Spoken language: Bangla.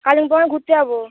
কালিম্পং এ ঘুরতে যাবো